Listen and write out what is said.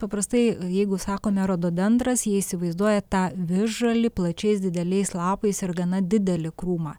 paprastai jeigu sako ne rododendras jie įsivaizduoja tą visžalį plačiais dideliais lapais ir gana didelį krūmą